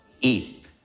Eat